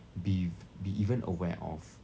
be be even aware of